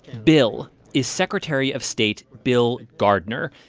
bill is secretary of state bill gardner.